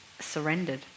surrendered